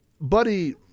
Buddy